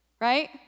right